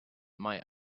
might